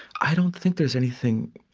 i don't think there's anything.